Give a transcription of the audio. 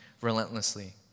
relentlessly